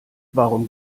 warum